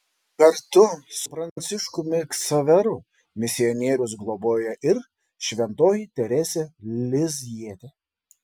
kartu su pranciškumi ksaveru misionierius globoja ir šventoji teresė lizjietė